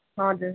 हजुर